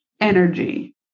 Energy